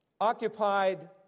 occupied